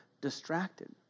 distracted